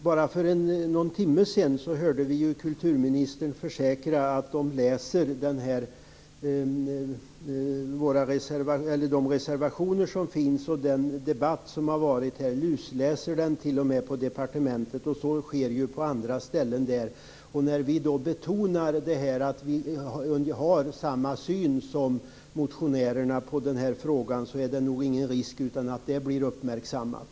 Bara för någon timme sedan hörde vi kulturministern försäkra att man på departementet läser de reservationer som finns och den debatt som har varit, t.o.m. lusläser. Vi betonar att vi har samma syn som motionärerna i denna fråga. Det är ingen risk att det inte blir uppmärksammat.